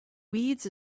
weeds